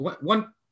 one